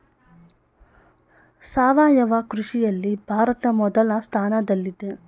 ಸಾವಯವ ಕೃಷಿಯಲ್ಲಿ ಭಾರತ ಮೊದಲ ಸ್ಥಾನದಲ್ಲಿದೆ